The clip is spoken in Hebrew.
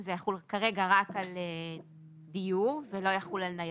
זה יחול כרגע רק על דיור ולא יחול על ניידות,